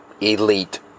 Elite